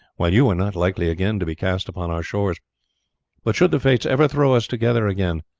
while you are not likely again to be cast upon our shores but should the fates ever throw us together again,